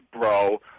bro